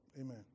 amen